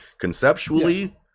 conceptually